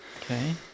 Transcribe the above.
Okay